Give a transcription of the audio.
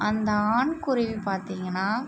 அந்த ஆண் குருவி பார்த்திங்கன்னா